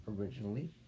originally